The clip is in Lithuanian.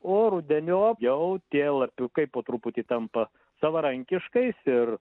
o rudeniop jau tie lapiukai po truputį tampa savarankiškais ir